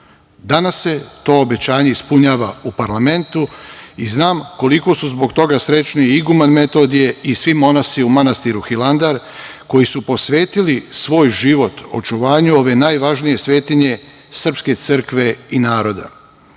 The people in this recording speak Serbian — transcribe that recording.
se to obećanje ispunjava, u parlamentu i znam koliko su zbog toga srećni iguman Metodije i svi monasi u manastiru Hilandar, koji su posvetili svoj život očuvanju ove najvažnije svetinje, srpske crkve i naroda,